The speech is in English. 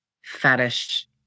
fetish